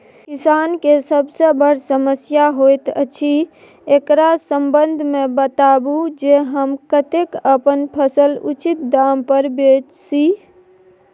किसान के सबसे बर समस्या होयत अछि, एकरा संबंध मे बताबू जे हम कत्ते अपन फसल उचित दाम पर बेच सी?